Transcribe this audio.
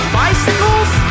bicycles